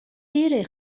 بره